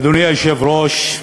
אדוני היושב-ראש,